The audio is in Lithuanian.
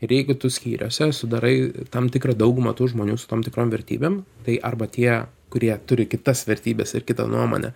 ir jeigu tu skyriuose sudarai tam tikrą daugumą tų žmonių su tam tikrom vertybėm tai arba tie kurie turi kitas vertybes ir kitą nuomonę